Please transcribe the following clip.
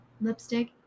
lipstick